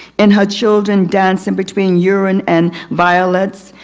in her children dancing between urine and violets.